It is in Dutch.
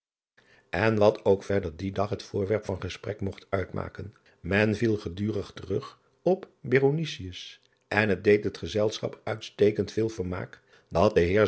n wat ook verder dien dag het voorwerp van gesprek mogt uitmaken men viel gedurig terug op en het deed het gezelschap uitstekend veel vermaak dat